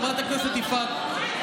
חברת הכנסת יפעת,